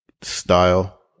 style